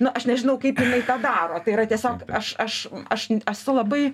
nu aš nežinau kaip jinai tą daro tai yra tiesiog aš aš aš esu labai